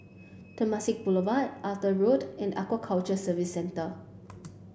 Temasek Boulevard Arthur Road and Aquaculture Services Centre